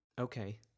okay